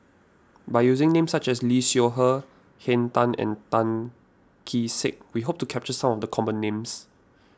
by using names such as Lee Seow Ser Henn Tan and Tan Kee Sek we hope to capture some of the common names